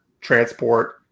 transport